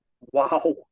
Wow